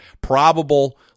Probable